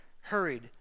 hurried